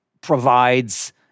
provides